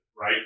right